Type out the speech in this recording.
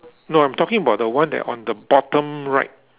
no I'm talking about the one that on the bottom right